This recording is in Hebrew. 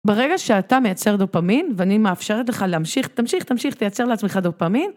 ברגע שאתה מייצר דופמין ואני מאפשרת לך להמשיך, תמשיך, תמשיך, תייצר לעצמך דופמין.